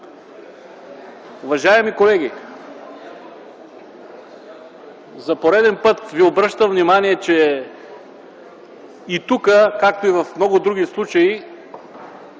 Уважаеми колеги, за пореден път ви обръщам внимание, че и тука, както и в много други случаи,